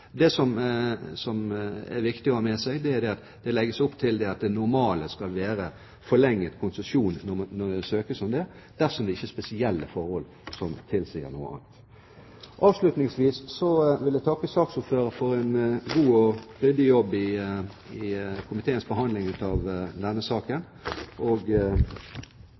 Det som det er viktig å ha med seg, er at det legges opp til at det normale skal være forlenget konsesjon når det søkes om det, dersom det ikke er spesielle forhold som tilsier noe annet. Avslutningsvis vil jeg takke saksordføreren for en god og ryddig jobb i komiteen under behandlingen av denne saken. Jeg synes det har vært en lærerik prosess for oss alle, og